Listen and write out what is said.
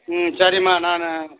ம் சரிம்மா நானு